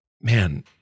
man